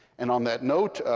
and on that note,